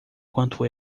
quanto